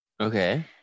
okay